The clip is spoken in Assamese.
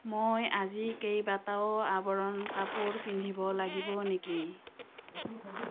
মই আজি কেইবাটাও আৱৰণ কাপোৰ পিন্ধিব লাগিব নেকি